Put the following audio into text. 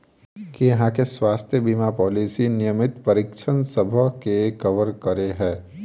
की अहाँ केँ स्वास्थ्य बीमा पॉलिसी नियमित परीक्षणसभ केँ कवर करे है?